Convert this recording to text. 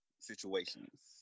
situations